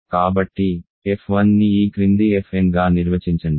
కాబట్టి f1ని ఈ క్రింది fn గా నిర్వచించండి